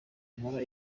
ngakora